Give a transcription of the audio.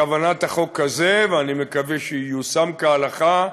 כוונת החוק הזה, ואני מקווה שייושם כהלכה,